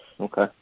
okay